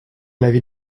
l’avis